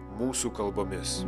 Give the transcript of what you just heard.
mūsų kalbomis